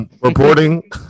reporting